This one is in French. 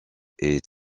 est